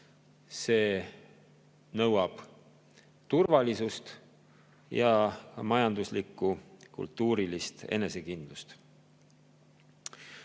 See nõuab turvalisust ning majanduslikku ja kultuurilist enesekindlust.